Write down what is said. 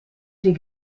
die